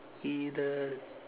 he the